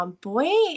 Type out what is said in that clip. boy